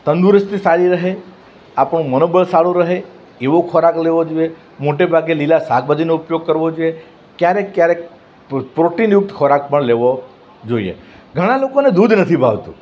તંદુરસ્તી સારી રહે આપણું મનોબળ સારું રહે એવો ખોરાક લેવો જોઈએ મોટે ભાગે લીલા શાકભાજીનો ઉપયોગ કરવો જોઈએ ક્યારેક ક્યારેક પ્રોટીનયુક્ત ખોરાક બી લેવો જોઈએ ઘણા લોકોને દૂધ નહીં ભાવતું